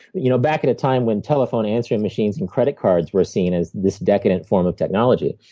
you know, back at a time when telephone answering machines and credit cards were seen as this decadent form of technology.